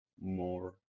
more